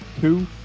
two